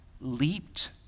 leaped